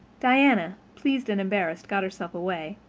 diana, pleased and embarrassed, got herself away,